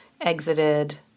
exited